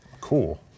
Cool